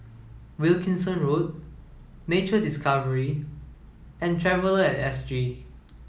wilkinson Road Nature Discovery and Traveller at S G